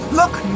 look